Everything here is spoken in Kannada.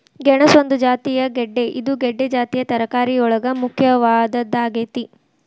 ಗೆಣಸ ಒಂದು ಜಾತಿಯ ಗೆಡ್ದೆ ಇದು ಗೆಡ್ದೆ ಜಾತಿಯ ತರಕಾರಿಯೊಳಗ ಮುಖ್ಯವಾದದ್ದಾಗೇತಿ